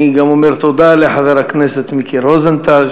אני גם אומר תודה לחבר הכנסת מיקי רוזנטל,